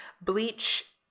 bleach